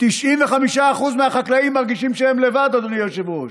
95% מהחקלאים מרגישים שהם לבד, אדוני היושב-ראש.